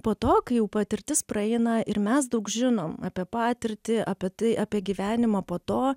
po to kai jau patirtis praeina ir mes daug žinom apie patirtį apie tai apie gyvenimą po to